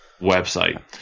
website